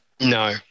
No